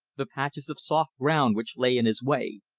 the patches of soft ground which lay in his way.